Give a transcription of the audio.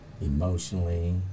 emotionally